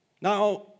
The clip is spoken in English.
Now